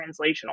translational